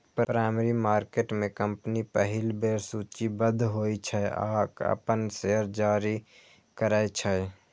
primary market में company पहिल बेर सूचीबद्ध होइ छै आ अपन शेयर जारी करै छै